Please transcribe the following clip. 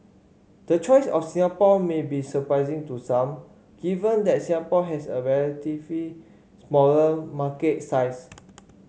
the choice of Singapore may be surprising to some given that Singapore has a relatively smaller market size